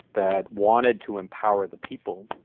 that wanted to empower the people,